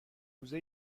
روزه